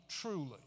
truly